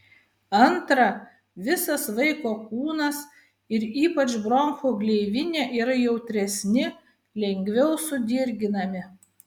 antra visas vaiko kūnas ir ypač bronchų gleivinė yra jautresni lengviau sudirginami